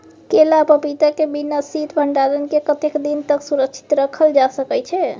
केला आ पपीता के बिना शीत भंडारण के कतेक दिन तक सुरक्षित रखल जा सकै छै?